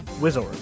Wizard